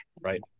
Right